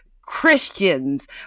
christians